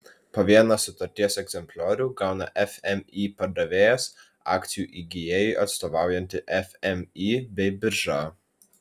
po vieną sutarties egzempliorių gauna fmį pardavėjas akcijų įgijėjui atstovaujanti fmį bei birža